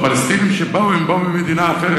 הפלסטינים שבאו באו ממדינה אחרת,